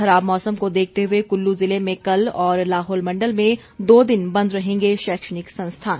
खराब मौसम को देखते हुए कुल्लू जिले में कल और लाहौल मण्डल में दो दिन बंद रहेंगे शैक्षणिक संस्थान